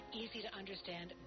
easy-to-understand